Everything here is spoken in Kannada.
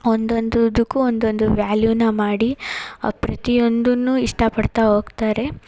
ಒಂದೊಂದು ಇದಕ್ಕೂ ಒಂದೊಂದು ವ್ಯಾಲ್ಯೂನ ಮಾಡಿ ಪ್ರತಿಯೊಂದನ್ನು ಇಷ್ಟಪಡ್ತಾ ಹೋಗ್ತಾರೆ